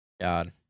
god